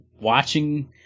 watching